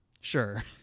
Sure